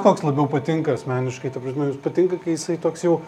koks labiau patinka asmeniškai ta prasme jums patinka kai jisai toks jau